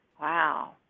Wow